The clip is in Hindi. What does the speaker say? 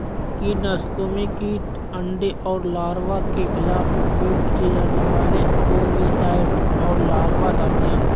कीटनाशकों में कीट अंडे और लार्वा के खिलाफ उपयोग किए जाने वाले ओविसाइड और लार्वा शामिल हैं